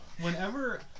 whenever